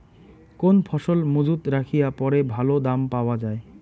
কোন ফসল মুজুত রাখিয়া পরে ভালো দাম পাওয়া যায়?